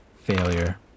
Failure